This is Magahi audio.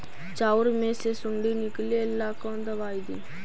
चाउर में से सुंडी निकले ला कौन दवाई दी?